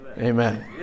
Amen